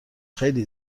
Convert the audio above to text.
خیلی